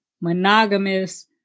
monogamous